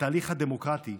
והתהליך הדמוקרטי,